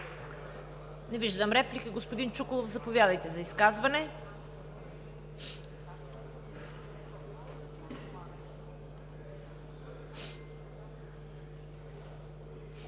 Не виждам. Господин Чуколов, заповядайте за изказване.